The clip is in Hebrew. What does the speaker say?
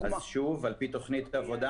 שוב, על פי תוכנית עבודה.